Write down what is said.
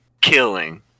killing